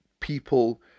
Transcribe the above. people